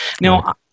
Now